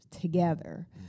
together